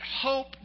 hope